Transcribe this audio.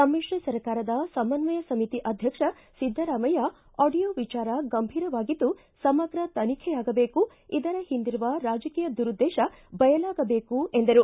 ಸಮಿಶ್ರ ಸರ್ಕಾರದ ಸಮನ್ನಯ ಸಮಿತಿ ಅಧ್ಯಕ್ಷ ಸಿದ್ದರಾಮಯ್ಯ ಆಡಿಯೋ ವಿಚಾರ ಗಂಭೀರವಾಗಿದ್ದು ಸಮಗ್ರ ತನಿಖೆಯಾಗಬೇಕು ಇದರ ಹಿಂದಿರುವ ರಾಜಕೀಯ ದುರುದ್ದೇತ ಬಯಲಾಗಬೇಕು ಎಂದರು